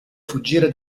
fuggire